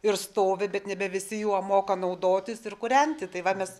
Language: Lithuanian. ir stovi bet nebe visi juo moka naudotis ir kūrenti tai va mes